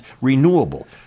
renewable